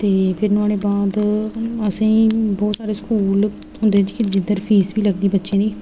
ते फिर नुआढ़े बाद असेंगी बहुत सारे स्कूल मतलब कि जिद्धर फीस बी लगदी बच्चें दी